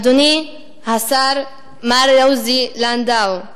אדוני השר מר עוזי לנדאו,